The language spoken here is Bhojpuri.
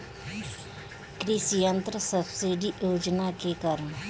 कृषि यंत्र सब्सिडी योजना के कारण?